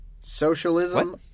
socialism